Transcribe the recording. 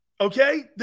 Okay